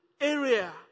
area